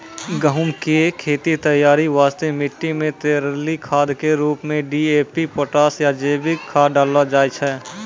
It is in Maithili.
गहूम के खेत तैयारी वास्ते मिट्टी मे तरली खाद के रूप मे डी.ए.पी पोटास या जैविक खाद डालल जाय छै